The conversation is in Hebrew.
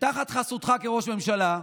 שתחת חסותך כראש ממשלה,